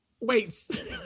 wait